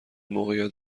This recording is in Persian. موقعیت